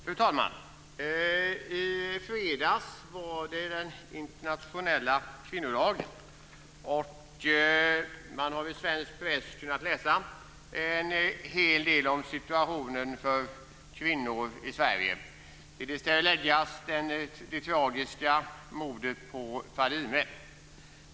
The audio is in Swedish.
Fru talman! I fredags var det den internationella kvinnodagen. Man har i svensk press kunnat läsa en hel del om situationen för kvinnor i Sverige. Till det ska läggas det tragiska mordet på Fadime.